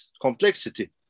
Complexity